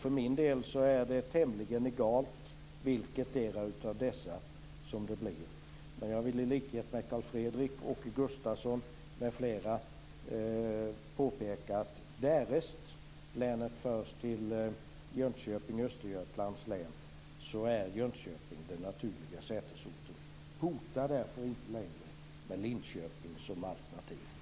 För min del är det tämligen egalt vilketdera av dessa som man väljer, men jag vill i likhet med Carl Fredrik Graf, Östergötlands län är Jönköping den naturliga sätesorten. Hota därför inte mer med Linköping som alternativ!